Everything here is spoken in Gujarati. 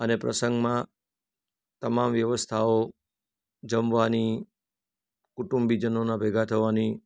અને પ્રસંગમાં તમામ વ્યવસ્થાઓ જમવાની કુટુંબીજનોના ભેગા થવાની